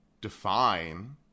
define